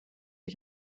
ich